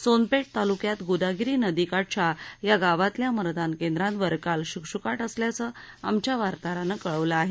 सोनपेठ तालुक्यात गोदावरी नदीकाठच्या या गावांतल्या मतदान केंद्रांवर काल शुकशुकाट असल्याचं आमच्या वार्ताहरानं कळवलं आहे